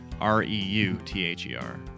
R-E-U-T-H-E-R